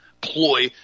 ploy